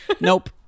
nope